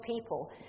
people